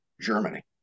Germany